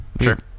Sure